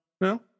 No